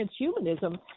transhumanism